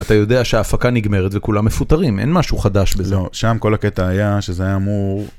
אתה יודע שההפקה נגמרת וכולם מפוטרים, אין משהו חדש בזה. לא, שם כל הקטע היה שזה היה אמור...